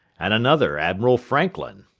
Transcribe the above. and another admiral franklin.